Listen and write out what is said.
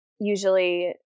usually